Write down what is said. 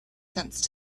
sense